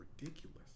ridiculous